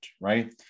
right